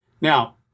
Now